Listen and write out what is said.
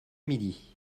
midi